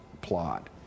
plot